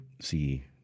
see